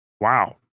wow